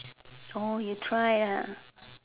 you try